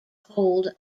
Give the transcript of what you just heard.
hold